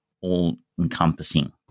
all-encompassing